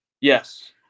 Yes